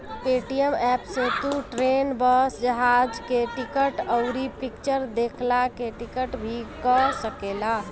Paytm app से तू train, bus, जहाज के टिकट, अउरी फिक्चर देखला के टिकट भी कअ सकेला